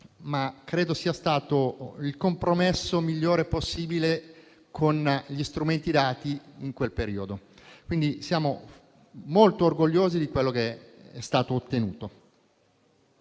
ma credo sia stato il compromesso migliore possibile con gli strumenti dati in quel periodo. Quindi, siamo molto orgogliosi di quello che è stato ottenuto.